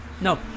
No